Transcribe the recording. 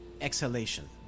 exhalation